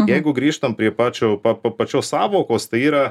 jeigu grįžtam prie pačio pa po pačios sąvokos tai yra